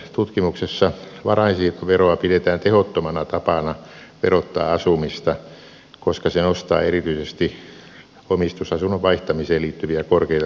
tutkimuksessa varainsiirtoveroa pidetään tehottomana tapana verottaa asumista koska se nostaa erityisesti omistusasunnon vaihtamiseen liittyviä korkeita kustannuksia